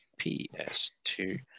PS2